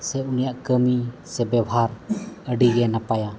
ᱥᱮ ᱩᱱᱤᱭᱟᱜ ᱠᱟᱹᱢᱤ ᱥᱮ ᱵᱮᱵᱷᱟᱨ ᱟᱹᱰᱤ ᱜᱮ ᱱᱟᱯᱟᱭᱟ